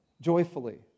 joyfully